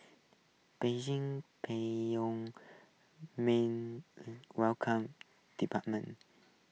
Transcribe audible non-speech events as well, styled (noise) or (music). Beijing Pyongyang's main (unintelligible) welcomed department